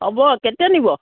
হ'ব কেতিয়া নিব